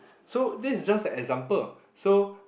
so this is just a example so